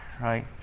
right